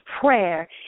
prayer